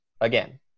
again